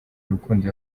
urukundo